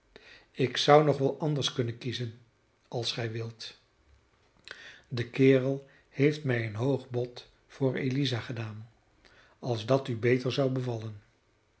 ik zou nog wel anders kunnen kiezen als gij wilt de kerel heeft mij een hoog bod voor eliza gedaan als dat u beter zou bevallen